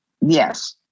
Yes